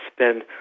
spend